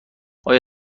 آیا